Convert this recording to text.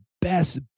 best